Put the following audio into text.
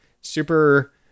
Super